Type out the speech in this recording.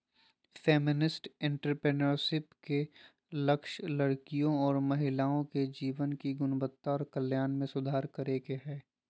feminist entrepreneurship के लक्ष्य लड़कियों और महिलाओं के जीवन की गुणवत्ता और कल्याण में सुधार करे के हय